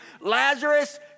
Lazarus